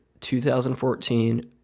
2014